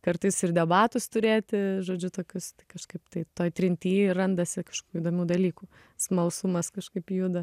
kartais ir debatus turėti žodžiu tokius tai kažkaip tai toj trinty ir randasi kažkokių įdomių dalykų smalsumas kažkaip juda